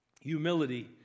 Humility